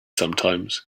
sometimes